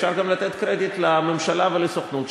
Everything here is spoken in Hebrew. אפשר גם לתת קרדיט לממשלה ולסוכנות,